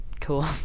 Cool